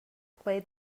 play